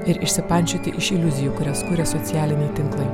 ir išsipančioti iš iliuzijų kurias kuria socialiniai tinklai